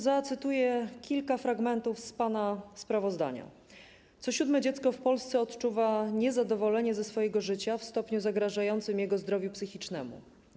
Zacytuję kilka fragmentów z pana sprawozdania: Co siódme dziecko w Polsce odczuwa niezadowolenie ze swojego życia w stopniu zagrażającym jego zdrowiu psychicznemu.